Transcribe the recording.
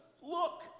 look